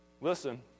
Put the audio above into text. Listen